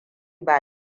ba